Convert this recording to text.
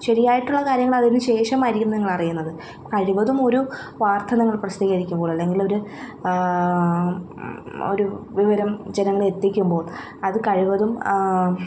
ശരിയായിട്ടുള്ള കാര്യങ്ങൾ അതിന് ശേഷമായിരിക്കും നിങ്ങൾ അറിയുന്നത് കഴിവതും ഒരു വാർത്ത നിങ്ങൾ പ്രസിദ്ധീകരിക്കുമ്പോൾ അല്ലെങ്കിൽ ഒരു ഒരു വിവരം ജനങ്ങളിൽ എത്തിക്കുമ്പോൾ അത് കഴിവതും